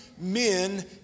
men